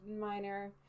minor